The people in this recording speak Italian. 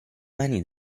mani